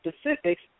specifics